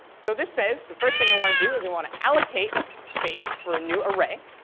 so this says the first thing i want to do is i want to allocate space for a new array,